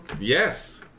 Yes